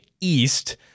East